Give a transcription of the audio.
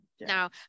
now